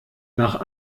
nach